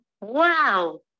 Wow